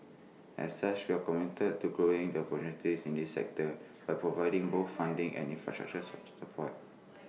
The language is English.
as such we are committed to growing the opportunities in this sector by providing both funding and infrastructure support